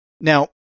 Now